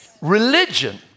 religion